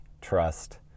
trust